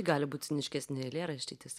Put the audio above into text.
gali būt ciniškesni eilėraščiai ties